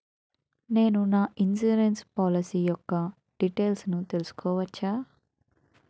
నేను నా insurance policy యెక్క డీటైల్స్ తెల్సుకోవచ్చా?